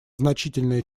значительное